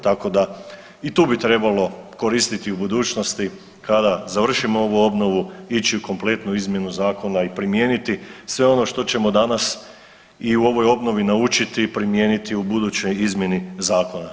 Tako da i tu bi trebalo koristiti u budućnosti kada završimo ovu obnovu ići u kompletnu izmjenu zakona i primijeniti sve ono što ćemo danas o obnovi naučiti primijeniti u budućoj izmjeni zakona.